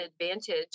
advantage